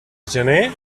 gener